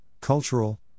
cultural